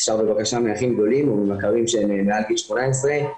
אפשר בבקשה מאחים גדולים או ממכרים שהם מעל גיל 18,